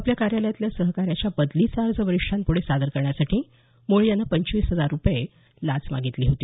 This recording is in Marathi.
आपल्या कार्यालयातल्या सहकाऱ्याचा बदलीचा अर्ज वरिष्ठांपुढे सादर करण्यासाठी मुळे यानं पंचवीस हजार रूपये लाच मागितली होती